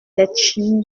letchimy